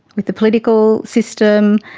with the political system,